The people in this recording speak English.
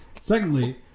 Secondly